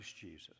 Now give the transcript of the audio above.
Jesus